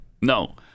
No